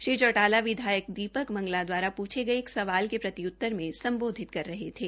श्री चौटाला ने विधायक दीपक मंगला दवारा पृछे गये सवाल के प्रति उत्तर में सम्बोधित कर रहे थे